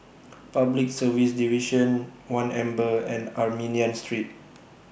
Public Service Division one Amber and Armenian Street